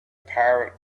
pirate